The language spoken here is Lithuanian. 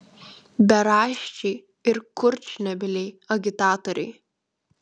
beraščiai ir kurčnebyliai agitatoriai